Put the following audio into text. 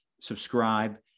subscribe